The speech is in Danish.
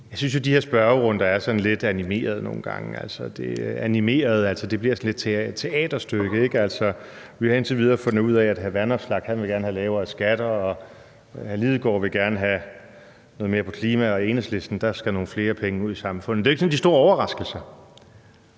Jeg synes jo, de her spørgerunder nogle gange er sådan lidt animerede. Altså, det bliver sådan lidt et teaterstykke. Vi har indtil videre fundet ud af, at hr. Alex Vanopslagh gerne vil have lavere skatter, og hr. Martin Lidegaard vil gerne have noget mere på klimaet, og for Enhedslisten skal der nogle flere penge ud i samfundet. Det er jo ikke sådan de store overraskelser.